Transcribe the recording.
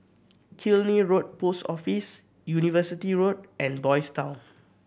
Killiney Road Post Office University Road and Boys' Town